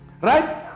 right